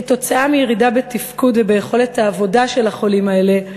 כתוצאה מירידה בתפקוד וביכולת העבודה של החולים האלה,